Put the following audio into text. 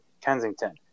Kensington